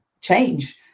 change